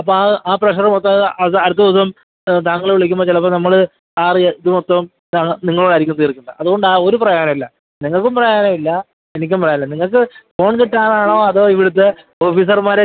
അപ്പം ആ ആ പ്രഷറ് മൊത്തം അത് അടുത്ത ദിവസം താങ്കൾ വിളിക്കുമ്പോൾ ചിലപ്പോൾ നമ്മൾ ആ ദേ ഇത് മൊത്തോം താങ്കൾ നിങ്ങളോട് ആയിരിക്കും തീർക്കുന്നത് അതുകൊണ്ട് ആ ഒരു പ്രയോജനമില്ല നിങ്ങൾക്കും പ്രയോജനമില്ല എനിക്കും പ്രയോജനമില്ല നിങ്ങൾക്ക് ഫോൺ കിട്ടാതാണോ അതോ ഇവിടുത്തെ ഓഫീസർമാരെ